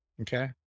Okay